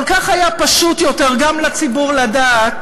כל כך היה פשוט יותר גם לציבור לדעת,